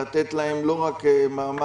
לתת להם לא רק מעמד,